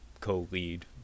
co-lead